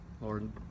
Lord